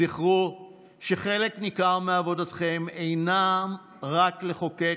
זכרו שחלק ניכר מעבודתכם אינו רק לחוקק,